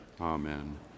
Amen